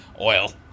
Oil